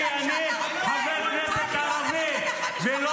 כי אני ----- משום שאתה רוצה ---- חבר כנסת ערבי ---- אני לא